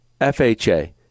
FHA